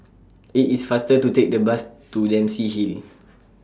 IT IS faster to Take The Bus to Dempsey Hill